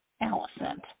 Allison